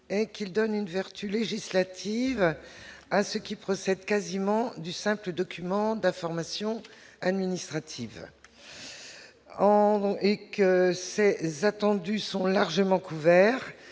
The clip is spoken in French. qu'il donne une vertu législative à ceux qui procèdent quasiment du simple document d'information administrative en et que c'est les attendus sont largement couverts,